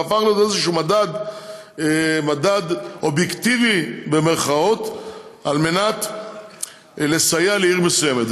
זה הפך להיות איזה מדד "אובייקטיבי" על מנת לסייע לעיר מסוימת.